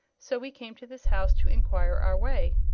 so we came to this house to enquire our way.